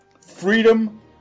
freedom